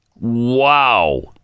Wow